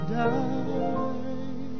die